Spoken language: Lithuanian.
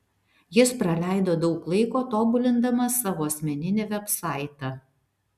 jis praleido daug laiko tobulindamas savo asmeninį vebsaitą